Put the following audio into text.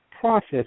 process